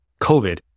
COVID